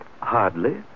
Hardly